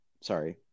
sorry